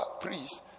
priests